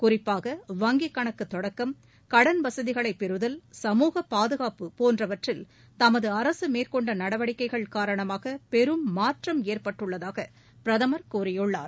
குறிப்பாக வங்கிக் கணக்கு தொடக்கம் கடன் வசதிகளைப் பெறுதல் சமூக பாதுகாப்பு போன்றவற்றில் தமது அரசு மேற்கொண்ட நடவடிக்கைகள் காரணமாக பெரும் மாற்றம் ஏற்பட்டுள்ளதாக பிரதமர் கூறியுள்ளார்